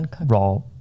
raw